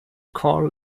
call